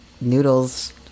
noodles